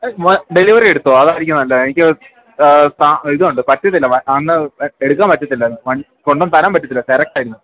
delivery എടുത്തോ അതായിരിക്കും അല്ല എനിക്ക് ഇതൊണ്ട് പറ്റത്തില്ല അന്ന് എടുക്കാൻ പറ്റത്തില്ലൺ കൊണ്ടന്ന് തരാൻ പറ്റത്തില്ല ഡെറക്റ്റായിരുന്നു